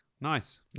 Nice